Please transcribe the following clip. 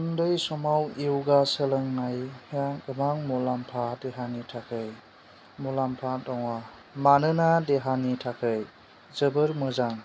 उन्दै समाव यगा सोलोंनाया गोबां मुलाम्फा देहानि थाखाय मुलाम्फा दङ मानोना देहानि थाखाय जोबोर मोजां